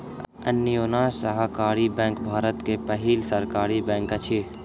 Anyonya Sahakari bank Bharat के पहिल सहकारी बैंक अछि